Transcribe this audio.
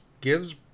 gives